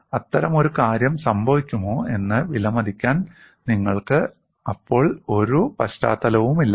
അത്തരമൊരു കാര്യം സംഭവിക്കുമോ എന്ന് വിലമതിക്കാൻ നിങ്ങൾക്ക് അപ്പോൾ ഒരു പശ്ചാത്തലവുമില്ലായിരുന്നു